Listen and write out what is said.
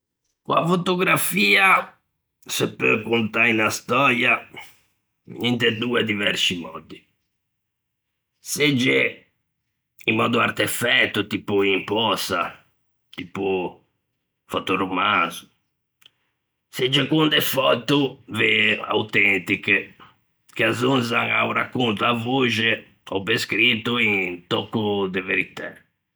Co-a fotografia se peu contâ unna stöia, inte doe diversci mòddi. Segge in mòddo artefæto, tipo in pösa, tipo fötoromanzo, segge con de föto vee autentiche, che azzonzan a-o racconto à voxe ò pe scrito un tòcco de veritæ.